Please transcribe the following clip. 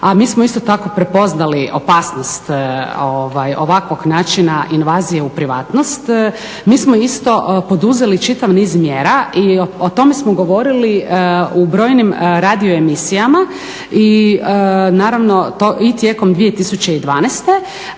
a mi smo isto tako prepoznali opasnost ovakvog načina invazije u privatnost, mi smo isto poduzeli čitav niz mjera i o tome smo govorili u brojnim radio emisijama i naravno to, i tijekom 2012.a